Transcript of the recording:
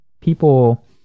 people